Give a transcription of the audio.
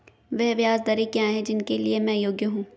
वे ब्याज दरें क्या हैं जिनके लिए मैं योग्य हूँ?